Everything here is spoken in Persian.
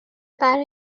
برای